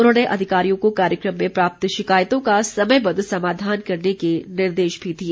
उन्होंने अधिकारियों को कार्यक्रम में प्राप्त शिकायतों का समयबद्ध समाधान करने के निर्देश भी दिए